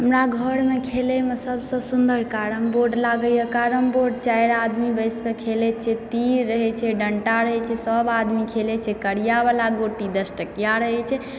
हमरा घर मे खेलय मे सबसे सुन्दर कैरमबोर्ड लागैया कैरमबोर्ड चारि आदमी बैस के खेलाइ छियै तीर रहय छै डंटा रहय छै सब आदमी खेलै छै करिया वला गोटी दस टकिया रहै छै